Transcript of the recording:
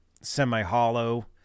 semi-hollow